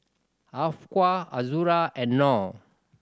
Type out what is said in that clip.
Afiqah Azura and Nor